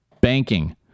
banking